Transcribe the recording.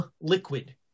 liquid